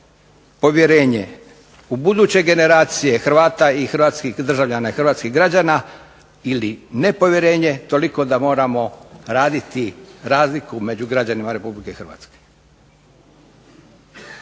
povjerenje u buduće generacije Hrvata i hrvatskih državljana i hrvatskih građana ili nepovjerenje toliko da moramo raditi razliku među građanima Republike Hrvatske.